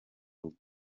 rugo